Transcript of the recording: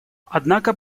однако